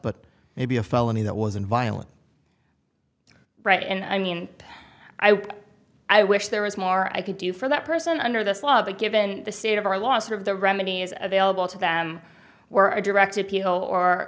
but maybe a felony that wasn't violent right and i mean i wish there was more i could do for that person under this law but given the state of our loss of the remedy is available to them we're a direct appeal or